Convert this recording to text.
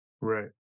Right